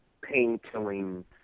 pain-killing